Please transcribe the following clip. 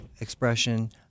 expression